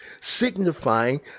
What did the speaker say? signifying